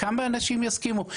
כמה אנשים יסכימו?